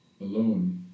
alone